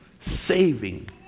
saving